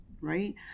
right